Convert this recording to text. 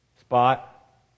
spot